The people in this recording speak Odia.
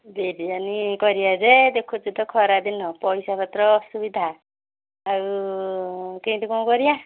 ବିରିୟାନୀ କରିବା ଯେ ଦେଖୁଛୁ ତ ଖରାଦିନ ପଇସା ପତ୍ର ଅସୁବିଧା ଆଉ କେମିତି କ'ଣ କରିବା